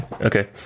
okay